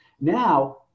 now